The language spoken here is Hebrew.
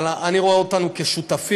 אבל אני רואה אותנו כשותפים,